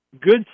good